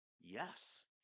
Yes